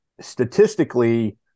statistically